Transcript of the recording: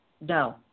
no